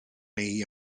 neu